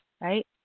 right